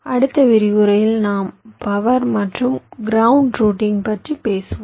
அடுத்த விரிவுரையில் நாம் பவர் மற்றும் கிரவுண்ட் ரூட்டிங் பற்றி பேசுவோம்